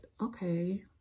okay